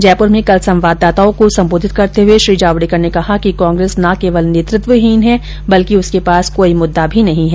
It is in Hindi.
जयपुर में कल संवाददाताओं को सम्बोधित करते हुए श्री जावडेकर ने कहा कि कांग्रेस न केवल नेतृत्वहीन है बल्कि उसके पास कोई मुददा भी नहीं है